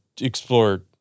explore